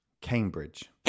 Cambridge